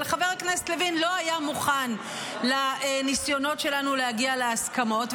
אבל חבר הכנסת לוין לא היה מוכן לניסיונות שלנו להגיע להסכמות,